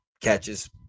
catches